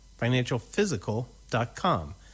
financialphysical.com